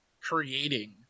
creating